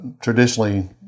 traditionally